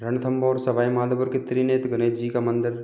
रणथंबोर सवाई माधोपुर का त्रिनेत्र गणेश जी का मंदिर